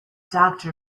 doctor